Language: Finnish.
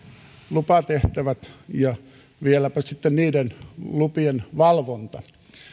lupatehtävät ja vieläpä sitten lupien valvonta